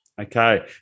Okay